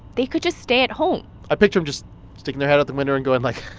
they could just stay at home i picture them just sticking their head out the window and going like,